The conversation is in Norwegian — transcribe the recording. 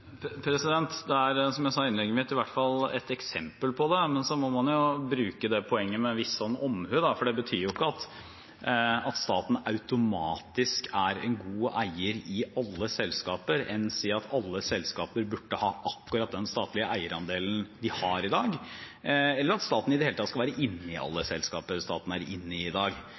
Det er – som jeg sa i innlegget mitt – i hvert fall et eksempel på det. Men må man bruke det poenget med en viss omhu, for det betyr jo ikke at staten automatisk er en god eier i alle selskaper – enn si at alle selskaper burde ha akkurat den statlige eierandelen de har i dag, eller at staten i det hele tatt skal være inne i alle selskaper staten er inne i i dag,